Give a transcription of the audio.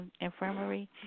Infirmary